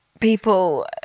people